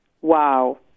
Wow